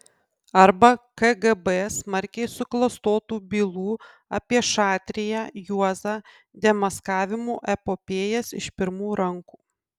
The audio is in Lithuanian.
arba kgb smarkiai suklastotų bylų apie šatriją juozą demaskavimų epopėjas iš pirmų rankų